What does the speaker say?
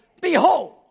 Behold